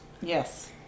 yes